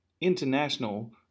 international